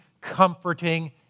comforting